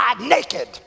naked